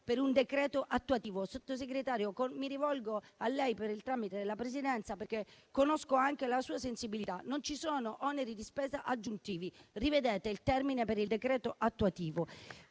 per un decreto attuativo. Signor Sottosegretario, mi rivolgo a lei per il tramite della Presidenza, perché conosco anche la sua sensibilità. Non ci sono oneri di spesa aggiuntivi. Rivedete il termine per il decreto attuativo.